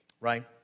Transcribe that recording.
right